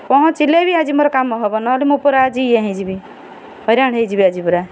ପହଞ୍ଚିଲେ ବି ଆଜି ମୋର କାମ ହେବ ନହେଲେ ମୁଁ ପୁରା ଆଜି ଇଏ ହୋଇଯିବି ହଇରାଣ ହୋଇଯିବି ଆଜି ପୁରା